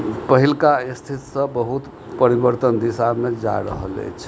पहिलका स्थितसँ बहुत परिवर्तन दिशामे जा रहल अछि